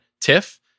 TIFF